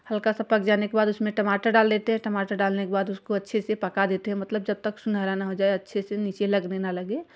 हल्का सा पक जाने के बाद उसमें टमाटर डाल देते हैं टमाटर डालने के बाद उसको अच्छे से पका देते हैं मतलब जब तक सुनहरा ना हो जाए अच्छे से नीचे लगने ना लगे